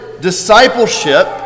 discipleship